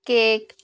cake